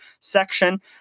section